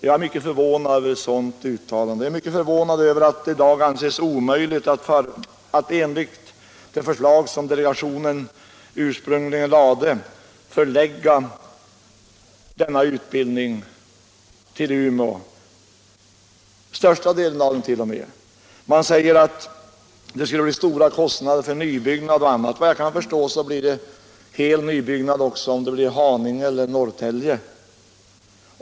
Jag är mycket förvånad över det uttalandet och över att det i dag anses omöjligt att enligt det förslag som delegationen ursprungligen lade fram förlägga den största delen av denna utbildning till Umeå. Man säger att det skulle medföra stora kostnader för nybyggnader och annat. Efter vad jag kan förstå blir det nybyggnader även om den förläggs till Haninge eller Norrtälje.